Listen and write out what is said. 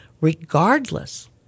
regardless